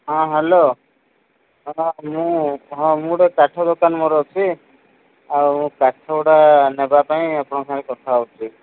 ହଁ ହ୍ୟାଲୋ ହଁ ମୁଁ ହଁ ମୁଁ ଗୋଟେ କାଠ ଦୋକାନ ମୋର ଅଛି ଆଉ ମୁଁ କାଠ ଗୁଡ଼ା ନେବା ପାଇଁ ଆପଣଙ୍କ ସାଙ୍ଗ କଥା ହେଉଛି